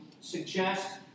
suggest